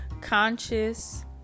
conscious